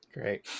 Great